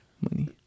Money